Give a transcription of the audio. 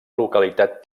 localitat